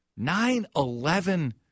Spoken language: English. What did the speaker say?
9-11